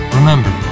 Remember